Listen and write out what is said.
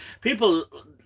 People